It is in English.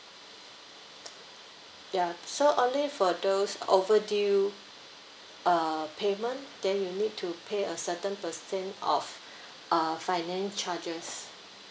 ya so only for those overdue uh payment then you need to pay a certain percent of uh finance charges